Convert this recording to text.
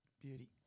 beauty